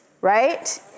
right